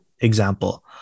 example